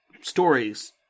stories